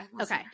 okay